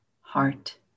heart